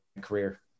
career